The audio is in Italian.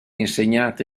insegnata